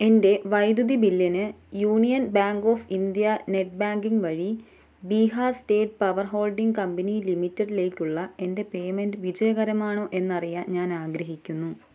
എൻ്റെ വൈദ്യുതി ബില്ലിന് union bank of India net banking വഴി Bihar state power holding company ലിമിറ്റഡിലേക്കുള്ള എൻ്റെ പേയ്മെൻ്റ് വിജയകരമാണോ എന്ന് അറിയാൻ ഞാൻ ആഗ്രഹിക്കുന്നു